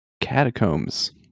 catacombs